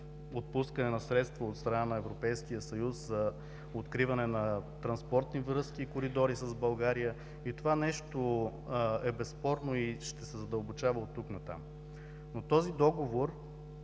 отпускане на средства от страна на Европейския съюз за откриване на транспортни връзки и коридори с България. Това нещо е безспорно и ще се задълбочава от тук натам. Но този Договор